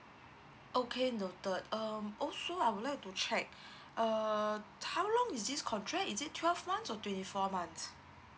okay noted um also I would like to check uh how long is this contract is it twelve months or twenty four months